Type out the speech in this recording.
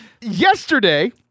Yesterday